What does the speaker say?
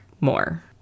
more